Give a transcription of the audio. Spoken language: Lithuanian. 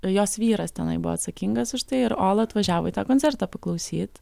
jos vyras tenai buvo atsakingas už tai ir ola atvažiavo į tą koncertą paklausyt